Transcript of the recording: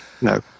No